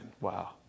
Wow